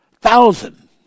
thousand